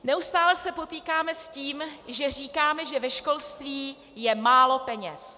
Neustále se potýkáme s tím, že říkáme, že ve školství je málo peněz.